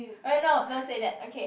alright no don't say that okay